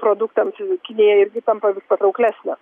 produktams i kinija irgi tampa vis patrauklesnė